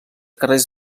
carrers